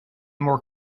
more